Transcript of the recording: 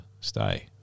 stay